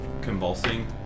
convulsing